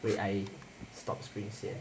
wait I stop screen save